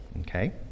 Okay